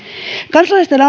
kansalaisten